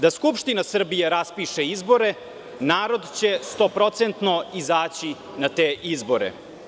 Da Skupština Srbije raspiše izbore, narod će stoprocentno izaći na te izbore.